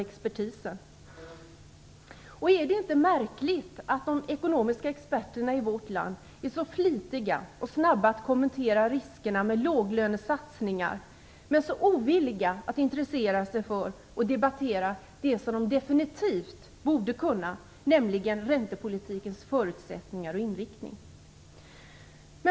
Är det inte märkligt att de ekonomiska experterna i vårt land är så flitiga och snabba att kommentera riskerna med låglönesatsningar men så ovilliga att intressera sig för och debattera det som de definitivt borde kunna, nämligen räntepolitikens förutsättningar och inriktning.